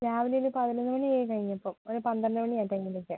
രാവിലെ ഒരു പതിനൊന്നുമണിയൊക്കെ കഴിഞ്ഞപ്പം ഒരു പന്ത്രണ്ടുമണി ആ ടൈമിലൊക്കെ